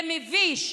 זה מביש.